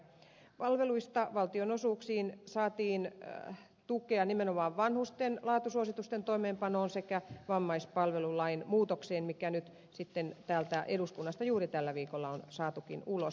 palvelujen valtionosuuksiin saatiin tukea nimenomaan vanhusten laatusuositusten toimeenpanoon sekä vammaispalvelulain muutoksiin jotka nyt sitten täältä eduskunnasta juuri tällä viikolla on saatukin ulos